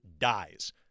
dies